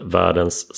världens